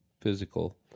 physical